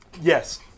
yes